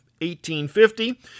1850